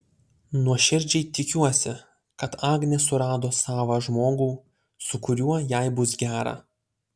nuoširdžiai tikiuosi kad agnė surado savą žmogų su kuriuo jai bus gera